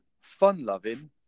fun-loving